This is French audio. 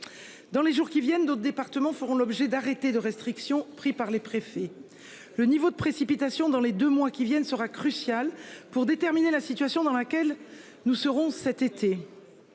Dans les jours qui viennent d'autres départements feront l'objet d'arrêtés de restriction pris par les préfets. Le niveau de précipitations dans les 2 mois qui viennent, sera crucial pour déterminer la situation dans laquelle nous serons cet été.